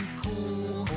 cool